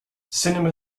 cinema